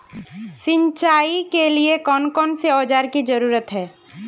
सिंचाई के लिए कौन कौन से औजार की जरूरत है?